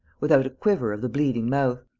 without a quiver of the bleeding mouth.